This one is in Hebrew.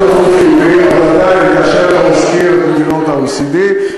אבל עדיין כאשר אנחנו עוסקים במדינות ה-OECD,